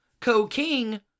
co-king